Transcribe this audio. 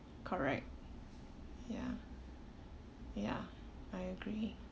correct ya ya I agree